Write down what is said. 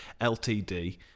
LTD